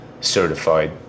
certified